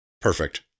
Perfect